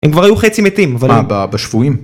-הם כבר היו חצי מתים, אבל הם... -מה, בשפועים?